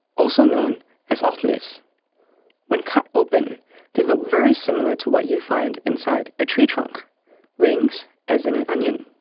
also known as ah otoliths. when cut open they look very similar to what you find inside a tree trunk rings as in an onion.